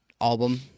album